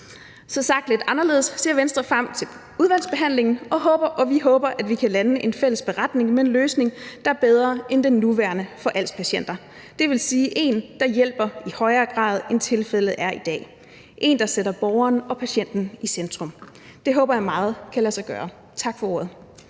Så sagt lidt anderledes ser Venstre frem til udvalgsbehandlingen og håber, at vi kan lande en fælles beretning om en løsning, der er bedre for als-patienter end den nuværende. Det vil sige en, der i højere grad hjælper, end tilfældet er i dag, en, der sætter borgeren og patienten i centrum. Det håber jeg meget kan lade sig gøre. Tak for ordet.